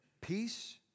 peace